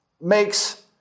makes